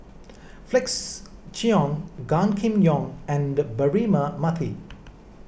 Felix Cheong Gan Kim Yong and Braema Mathi